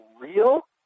real